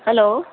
hello